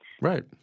Right